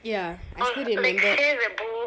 ya I still remember